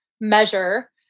measure